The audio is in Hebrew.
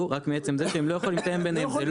רק מעצם זה שהם לא יכולים לתאם ביניהם.